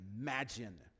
imagine